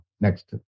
Next